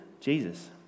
Jesus